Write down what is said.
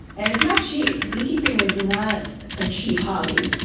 and it's not cheap. beekeeping is not a cheap hobby.